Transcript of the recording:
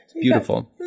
Beautiful